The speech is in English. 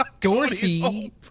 Dorsey